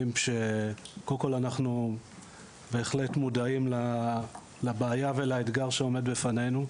שקודם כל אנחנו בהחלט מודעים לבעיה ולאתגר שעומד בפנינו.